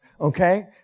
Okay